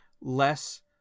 less